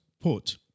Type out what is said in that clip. put